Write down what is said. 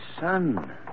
son